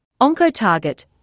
Oncotarget